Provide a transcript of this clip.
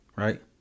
Right